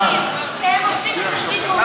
יש אנשים, הם עושים את השינוי.